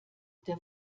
der